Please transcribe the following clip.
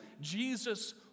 Jesus